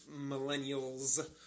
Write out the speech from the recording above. millennials